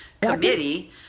Committee